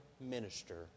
minister